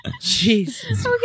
Jesus